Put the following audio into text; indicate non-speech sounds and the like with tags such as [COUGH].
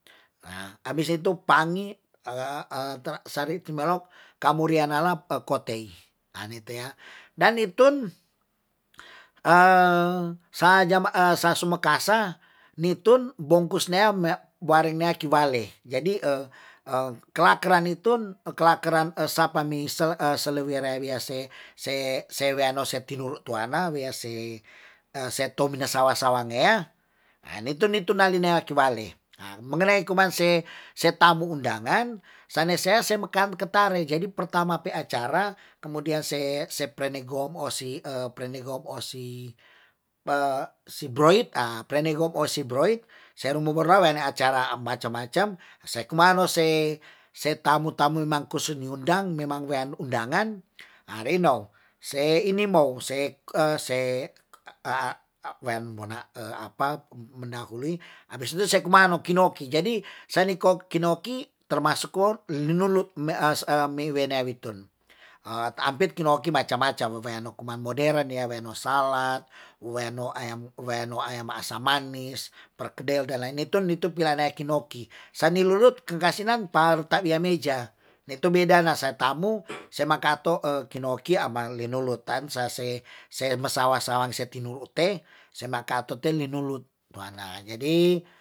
Abis itu pangi [HESITATION] sari ti melok, kamurianala ekotei ane tea'. dan nitun [HESITATION] sa sumekasa nitun bongkus nea me wareng nea ki wale. Jadi kalekeran nitun, kalekeran sapa ni se selewirea rea se se weano se tinu'u tuana, weya se tou minasa sawangea, nah nitun- nitun nalinea kiwale, mengenai kumanse se tamu undangan sane sea se meka meketare jadi pertama pe acara, kemudian se se prene gomu [HESITATION] si [HESITATION] prene gomu si [HESITATION] broit, prene go' osibroi, se ru mubura weane acara macam macam, se kuma no se se tamu tamu mangkuse ni undang memang weane undangan, re nou se ini mou se- se- [HESITATION] se [HESITATION] wean wona apa menahului abis itu se kumano ki jadi, saya nikou ki noki termasuk ko linulu [HESITATION] me wenea witun. Ta ampit kinoki macam- macam weano kuma modern nea weno salah, weano ayam asam manis, perkedel dan lain nitu pilanea ki noki sa ni lulut ke kasinan par ta wiya meja, nitu beda na sa tamu semakato [HESITATION] ki noki amali nulut tan, sa se se mesawa sawang se tinu'u te se makato te li nulut tuana, jadi